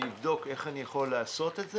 אני אבדוק איך אני יכול לעשות את זה.